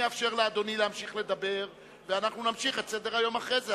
אני אאפשר לאדוני להמשיך לדבר ואנחנו נמשיך את סדר-היום אחרי זה,